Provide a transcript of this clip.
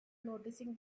noticing